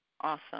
awesome